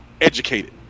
Educated